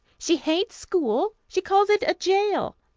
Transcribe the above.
she hates school. she calls it a jail.